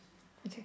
okay yup